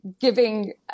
giving